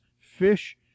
fish